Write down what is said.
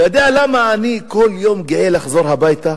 אתה יודע למה אני כל יום גאה לחזור הביתה?